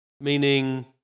meaning